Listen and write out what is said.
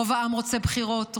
רוב העם רוצה בחירות,